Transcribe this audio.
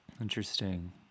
Interesting